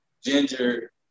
ginger